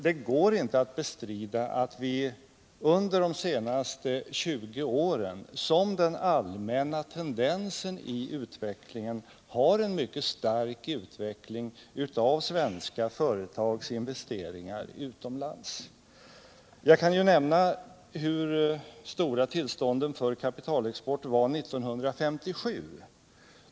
Det går inte att bestrida att den allmänna trenden under de senaste 20 åren har varit en mycket stark utveckling av svenska företags investeringar utomlands. Jag kan nämna hur stora tillstånden för kapitalexport var år 1957.